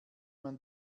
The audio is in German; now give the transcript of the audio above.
man